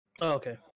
okay